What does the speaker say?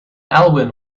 alvin